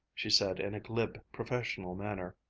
she said in a glib, professional manner.